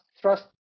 trust